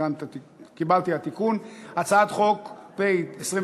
[הצעת חוק פ/2920/19,